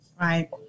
Right